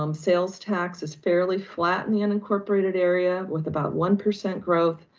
um sales tax is fairly flat in the unincorporated area, with about one percent growth,